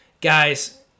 Guys